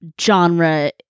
genre